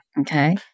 Okay